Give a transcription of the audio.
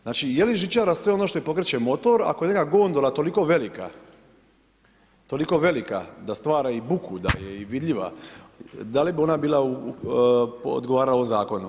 Znači, je li žičara sve ono što pokreće i motor, ako je neka gondola toliko velika, toliko velika da stvara i buku da je i vidljiva, da li bi ona bila odgovara ovom zakonu.